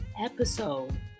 episode